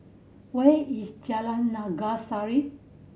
where is Jalan Naga Sari